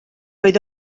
oedd